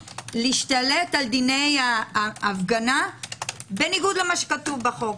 להשתלט על דיני ההפגנה בניגוד למה שכתוב בחוק.